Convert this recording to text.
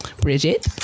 Bridget